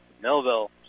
Melville